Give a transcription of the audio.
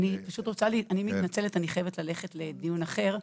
אני מתנצלת, אני חייבת ללכת לדיון אחר.